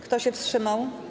Kto się wstrzymał?